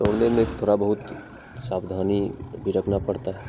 दौड़ने में थोड़ा बहुत सावधानी भी रखना पड़ता है